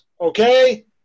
okay